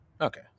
Okay